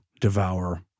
devour